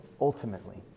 ultimately